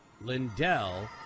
Lindell